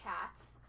cats